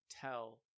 tell